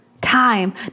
Time